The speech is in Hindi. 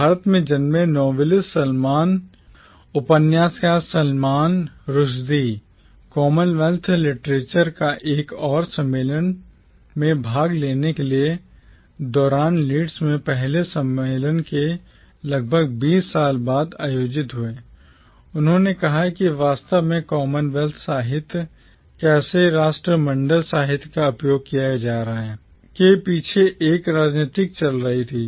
भारत में जन्मे novelist Salman Rushdie उपन्यासकार सलमान रुश्दी कॉमनवेल्थ लिटरेचर पर एक और सम्मेलन में भाग लेने के दौरान लीड्स में पहले सम्मेलन के लगभग बीस साल बाद आयोजित हुए उन्होंने कहा कि वास्तव में कॉमनवेल्थ साहित्य कैसे राष्ट्रमंडल साहित्य का उपयोग किया जा रहा है के पीछे एक राजनीति चल रही थी